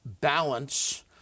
balance